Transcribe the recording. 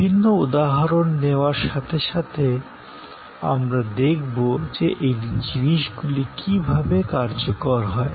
বিভিন্ন উদাহরণ নেওয়ার সাথে সাথে আমরা দেখব যে এই জিনিসগুলি কী ভাবে কার্যকর হয়